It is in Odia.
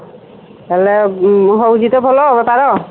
ବୋଲେ ହେଉଛି ତ ଭଲ ବେପାର